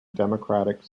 democratic